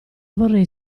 vorrei